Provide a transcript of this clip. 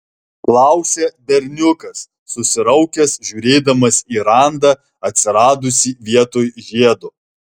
klausia berniukas susiraukęs žiūrėdamas į randą atsiradusį vietoj žiedo